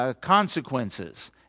consequences